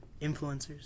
influencers